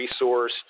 resource